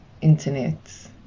internet